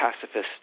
pacifist